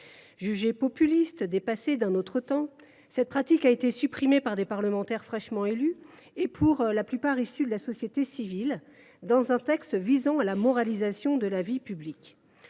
Jugée populiste, dépassée, d’un autre temps, cette pratique a été supprimée par des parlementaires fraîchement élus et pour la plupart issus de la société civile, au travers d’un texte relatif à la moralisation de la vie publique.